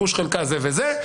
גוש וחלקה זה וזה,